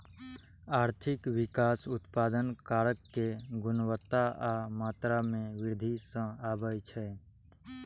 आर्थिक विकास उत्पादन कारक के गुणवत्ता आ मात्रा मे वृद्धि सं आबै छै